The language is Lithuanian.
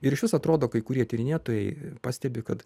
ir išvis atrodo kai kurie tyrinėtojai pastebi kad